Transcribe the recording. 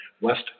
West